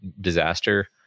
disaster